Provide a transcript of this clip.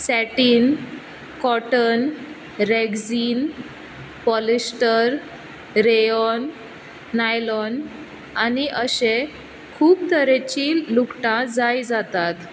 सेटीन cotton rexine polyester rayon nylon आनी अशे खूब तरेची लुगटां जाय जातात